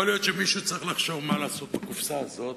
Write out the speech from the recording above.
יכול להיות שמישהו צריך לחשוב מה צריך לעשות בקופסה הזאת,